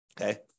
Okay